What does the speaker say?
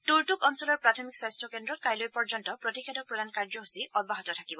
টুৰটুক অঞ্চলৰ প্ৰাথমিক স্বাস্য কেন্দ্ৰত কাইলৈ পৰ্যন্ত প্ৰতিষেধক প্ৰদান কাৰ্যসূচী অব্যাহত ধাকিব